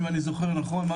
אם אני זוכר נכון,